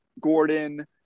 Gordon